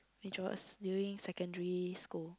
which was during secondary school